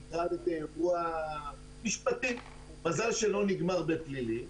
נקרא לזה אירוע משפטי, מזל שלא נגמר פלילי.